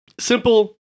simple